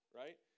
right